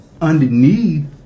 underneath